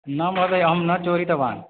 न महोदय अहं न चोरितवान्